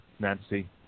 Nancy